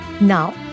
Now